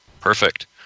Perfect